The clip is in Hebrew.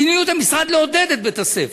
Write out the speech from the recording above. מדיניות המשרד היא לעודד את בית-הספר.